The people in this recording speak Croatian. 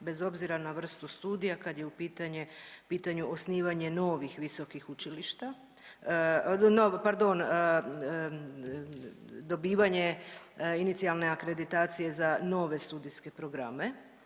bez obzira na vrstu studija kad je u pitanje, u pitanju osnivanje novih visokih učilišta, novi, pardon, dobivanje inicijalne akreditacije za nove studijske programe